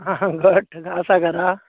घट आसा घरां